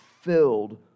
filled